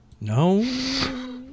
No